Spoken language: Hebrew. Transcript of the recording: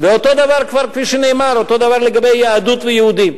כפי שנאמר, אותו דבר לגבי יהדות ויהודים.